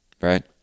right